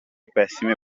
pessime